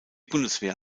bundeswehr